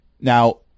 Now